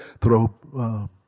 throw